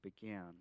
began